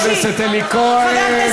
חבר הכנסת אלי כהן.